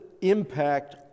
impact